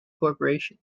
corporation